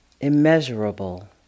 immeasurable